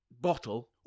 bottle